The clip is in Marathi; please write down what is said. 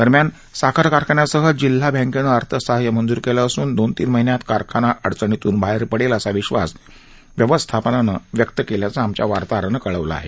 दरम्यान साखर कारखान्यास जिल्हा बँकेनं अर्थसहाय्य मंजूर केले असून दोन तीन महिन्यात कारखाना अडचणीतून बाहेर पडेलं असा विश्वास महांकाली व्यवस्थापनानं यावर व्यक्त केला असल्याचं आमच्या वार्ताहरानं कळवलं आहे